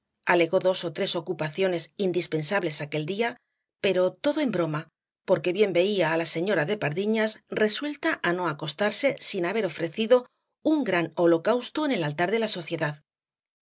alegó dos ó tres ocupaciones indispensables aquel día pero todo en broma porque bien veía á la señora de pardiñas resuelta á no acostarse sin haber ofrecido un gran holocausto en el altar de la sociedad